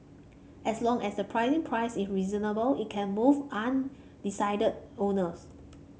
as long as the pricing price is reasonable it can move undecided owners